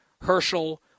Herschel